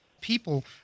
people